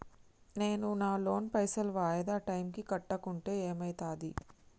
నేను నా లోన్ పైసల్ వాయిదా టైం కి కట్టకుంటే ఏమైతది?